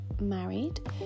married